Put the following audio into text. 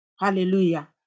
Hallelujah